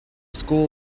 school